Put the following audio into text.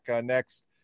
next